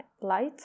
light